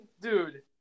dude